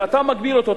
ואתה מגביל אותו,